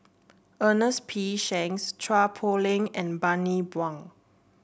Ernest P Shanks Chua Poh Leng and Bani Buang